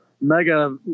mega